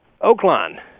Oakland